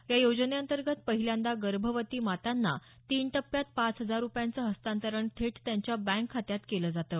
या योजनेअंतर्गत पहिल्यांदा गर्भवती मातांना तीन टप्प्यात पाच हजार रुपयांचं हस्तांतरण थेट त्यांच्या बँक खात्यात केलं जातं